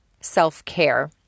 self-care